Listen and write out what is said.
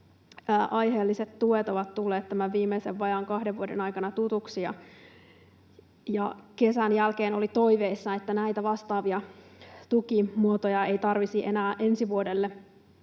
aiheelliset tuet ovat tulleet viimeisen vajaan kahden vuoden aikana tutuiksi. Kesän jälkeen oli toiveissa, että näitä vastaavia tukimuotoja ei tarvitsisi enää ensi vuodelle